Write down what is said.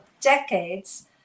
decades